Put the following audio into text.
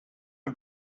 are